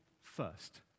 first